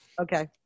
Okay